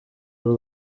w’u